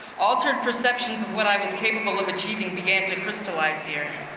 altered perceptions of what i was capable of achieving began to crystallize here.